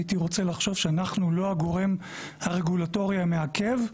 הייתי רוצה לחשוב שאנחנו לא הגורם הרגולטורי המעכב.